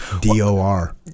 D-O-R